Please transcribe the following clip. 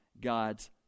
god's